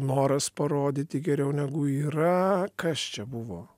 noras parodyti geriau negu yra kas čia buvo